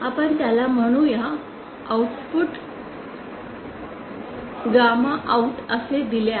आपण त्याला म्हणू गामा आउट असे दिले आहे